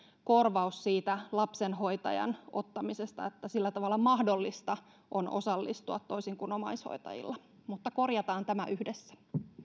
korvaus lapsenhoitajan ottamisesta että sillä tavalla on mahdollista osallistua toisin kuin omaishoitajilla korjataan tämä yhdessä